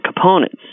components